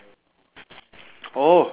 oh